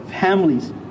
families